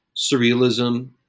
surrealism